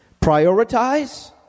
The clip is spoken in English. Prioritize